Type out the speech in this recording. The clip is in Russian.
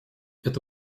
это